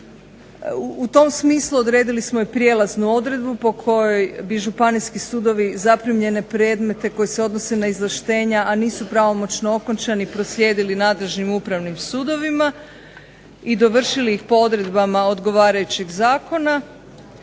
U smislu odredili smo i prijelaznu odredbu po kojoj bi županijski sudovi zaprimljene predmete koje se odnose na izvlaštenja a nisu pravomoćno okončani proslijedili nadležnim upravnim sudovima i dovršili ih po odredbama odgovarajućih zakona